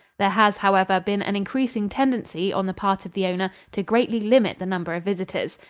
there has, however, been an increasing tendency on the part of the owner to greatly limit the number of visitors.